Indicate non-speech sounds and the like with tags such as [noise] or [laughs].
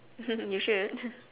[laughs] you should [noise]